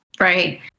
Right